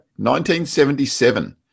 1977